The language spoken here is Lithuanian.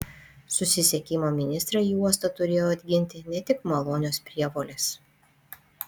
susisiekimo ministrą į uostą turėjo atginti ne tik malonios prievolės